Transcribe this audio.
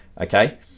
okay